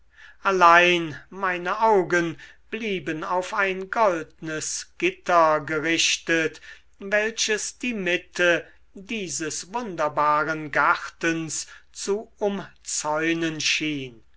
allein meine augen blieben auf ein goldnes gitter gerichtet welches die mitte dieses wunderbaren gartens zu umzäunen schien